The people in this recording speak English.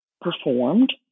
Performed